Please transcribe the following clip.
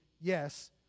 Yes